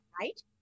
right